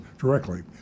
directly